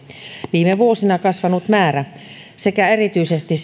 viime vuosina kasvaneen määrän sekä erityisesti